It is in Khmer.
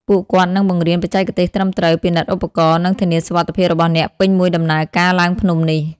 ពួកគាត់នឹងបង្រៀនបច្ចេកទេសត្រឹមត្រូវ ពិនិត្យឧបករណ៍ និងធានាសុវត្ថិភាពរបស់អ្នកពេញមួយដំណើរការឡើងភ្នំនេះ។